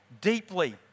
deeply